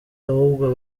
ahubwo